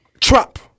Trump